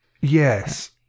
Yes